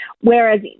whereas